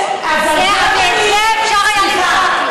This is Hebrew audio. ואת זה אפשר היה למחוק.